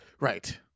Right